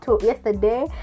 yesterday